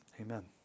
Amen